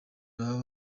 baba